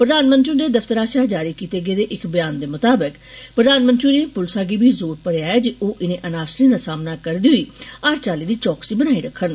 प्रधानमंत्री हुंदे दफ्तर आसेआ जारी कीते गेदे इक बयान मताबक प्रधानमंत्री होरें पुलस गी बी जोर भरेआ ऐ जे ओह इनें अनासरें दा सामना करदे होई हर चाल्ली दी चौकसी बनाई रक्खन